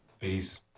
Peace